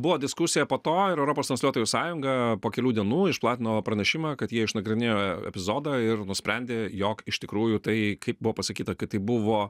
buvo diskusija po to ir europos transliuotojų sąjunga po kelių dienų išplatino pranešimą kad jie išnagrinėjo epizodą ir nusprendė jog iš tikrųjų tai kaip buvo pasakyta kad tai buvo